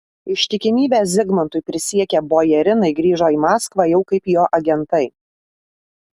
ištikimybę zigmantui prisiekę bojarinai grįžo į maskvą jau kaip jo agentai